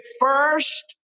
first